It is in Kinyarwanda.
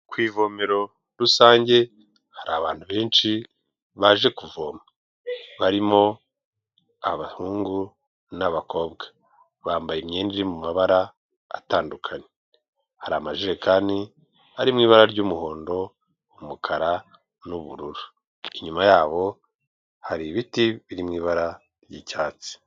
Ku ivomero rusange, hari abantu benshi baje kuvoma. Barimo abahungu n'abakobwa, bambaye imyenda iri mu mabara atandukanye, hari amajerekani arimo ibara ry'umuhondo umukara n'ubururu, inyuma yabo hari ibiti biri mu ibara ry'icyatsi.